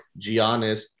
Giannis